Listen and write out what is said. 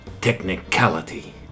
technicality